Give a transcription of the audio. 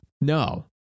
no